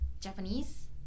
Japanese